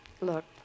Look